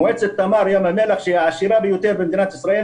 מועצת תמר ים המלח שהיא העשירה ביותר במדינת ישראל,